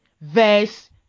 verse